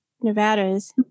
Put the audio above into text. Nevada's